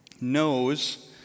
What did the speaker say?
knows